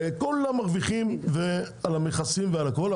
כולם מרוויחים על המכסים ועל הכול,